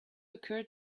occurred